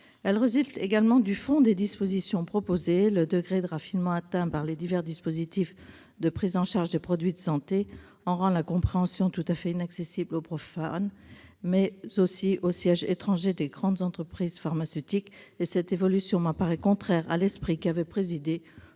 résulte également du fond des dispositions prévues : le degré de raffinement atteint par les divers dispositifs de prise en charge des produits de santé en rend la compréhension tout à fait inaccessible au profane, mais aussi aux sièges étrangers des grandes entreprises pharmaceutiques. Cette évolution me paraît contraire à l'esprit qui avait présidé